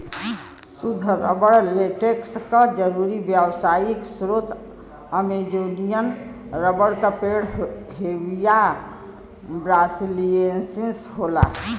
सुद्ध rubber latex क जरुरी व्यावसायिक स्रोत अमेजोनियन रबर क पेड़ हेविया ब्रासिलिएन्सिस होला